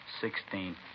Sixteen